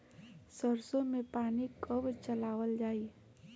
सरसो में पानी कब चलावल जाई?